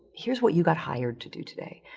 here's what you got hired to do today.